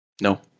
No